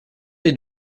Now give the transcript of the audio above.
dei